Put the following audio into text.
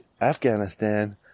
Afghanistan